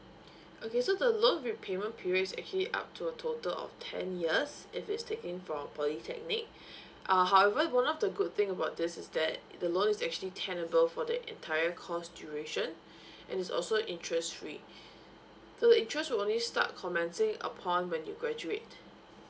okay so the loan repayment period is actually up to a total of ten years if it's taken from polytechnic uh however one of the good thing about this is that the loan is actually tend to go for the entire course duration and is also interest free so interest will only start commencing upon when you graduate